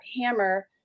hammer